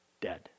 dead